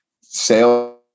sales